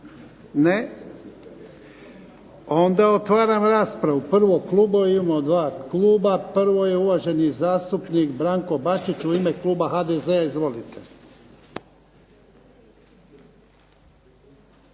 Ne. Onda otvaram raspravu. Prvo klubovi, imamo 2 kluba. Prvo je uvaženi zastupnik Branko Bačić u ime kluba HDZ-a. Izvolite.